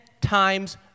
times